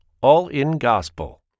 all-in-gospel